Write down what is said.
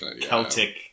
Celtic